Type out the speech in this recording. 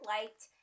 liked